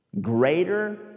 greater